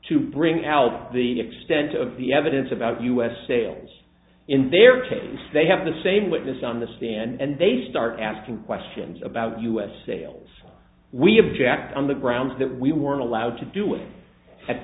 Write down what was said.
to bring out the extent of the evidence about us sales in their case they have the same witness on the stand and they start asking questions about us sales we object on the grounds that we weren't allowed to do it at